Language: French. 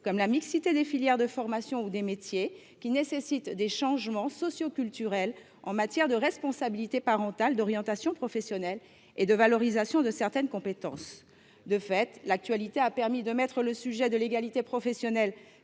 comme la mixité des filières de formation ou des métiers, qui nécessitent des changements socioculturels en matière de responsabilités parentales, d’orientations professionnelles et de valorisation de certaines compétences ». De fait, l’actualité a permis de placer la question de l’égalité professionnelle,